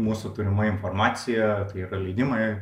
mūsų turima informacija tai yra leidimai